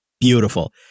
beautiful